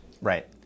Right